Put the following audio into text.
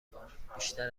بار، بیشتر